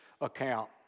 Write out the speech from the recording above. account